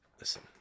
Listen